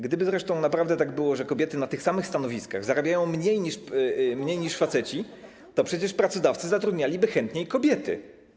Gdyby zresztą naprawdę tak było, że kobiety na tych samych stanowiskach zarabiają mniej niż faceci, to przecież pracodawcy zatrudnialiby chętniej kobiety.